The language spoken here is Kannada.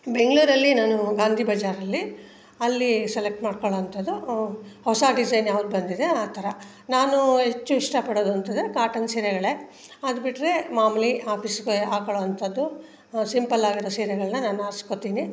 ಬೆಂಗಳೂರಲ್ಲಿ ನಾನು ಗಾಂಧಿಬಜಾರಲ್ಲಿ ಅಲ್ಲಿ ಸೆಲೆಕ್ಟ್ ಮಾಡ್ಕೊಳ್ಳೊ ಅಂಥದ್ದು ಹೊಸ ಡಿಸೈನ್ ಯಾವ್ದು ಬಂದಿದೆ ಆ ಥರ ನಾನೂ ಹೆಚ್ಚು ಇಷ್ಟಪಡೋದು ಅಂತ ಅಂದ್ರೆ ಕಾಟನ್ ಸೀರೆಗಳೇ ಅದ್ಬಿಟ್ರೆ ಮಾಮೂಲಿ ಆಫೀಸ್ಗೆ ಹಾಕೊಳ್ಳುವಂಥದ್ದು ಸಿಂಪಲ್ ಆಗಿರೋ ಸೀರೆಗಳನ್ನ ನಾನು ಆರ್ಸ್ಕೊಳ್ತೀನಿ